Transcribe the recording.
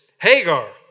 Hagar